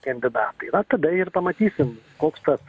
kandidatai va tada ir pamatysim koks tas